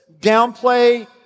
downplay